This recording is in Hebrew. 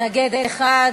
מתנגד אחד.